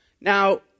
Now